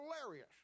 hilarious